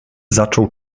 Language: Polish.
zaczął